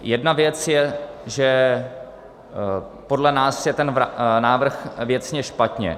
Jedna věc je, že podle nás je ten návrh věcně špatně.